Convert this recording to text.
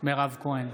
מירב כהן,